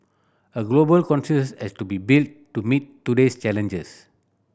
a global consensus has to be built to meet today's challenges